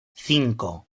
cinco